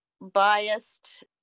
biased